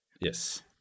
Yes